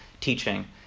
teaching